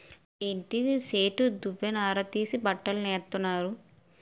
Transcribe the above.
అంటి సెట్టు దవ్వ నార తీసి బట్టలు నేత్తన్నారు